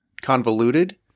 convoluted